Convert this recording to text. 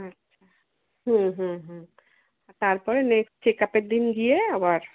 আচ্ছা হুম হুম হুম তারপরে নেক্সট চেকআপের দিন গিয়ে আবার